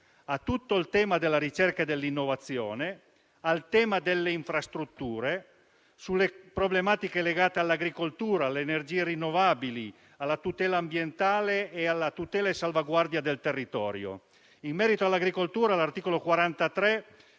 a tutto il settore della ricerca e dell'innovazione, alle infrastrutture, alle problematiche legate all'agricoltura, alle energie rinnovabili, alla tutela ambientale e alla tutela e salvaguardia del territorio. In merito all'agricoltura, l'articolo 43